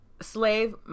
slave